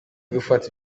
gufata